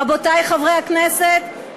רבותי חברי הכנסת,